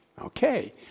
Okay